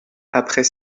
après